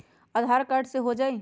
आधार card से हो जाइ?